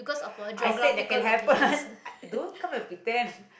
I said that can happen don't come and pretend